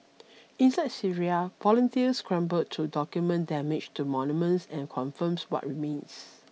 inside Syria volunteers scramble to document damage to monuments and confirms what remains